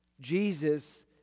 Jesus